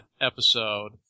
episode